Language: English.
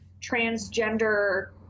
transgender